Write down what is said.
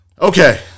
Okay